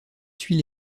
suit